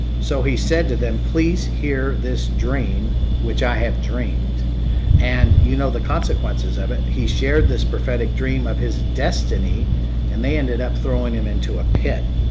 so he said to them, please hear this dream which i have dreamed and you know the consequences of it. he shared this prophetic dream of his destiny and they ended up throwing him into a pit.